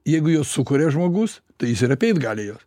jeigu jau sukuria žmogus tai jis ir apeit gali juos